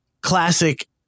classic